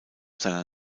seiner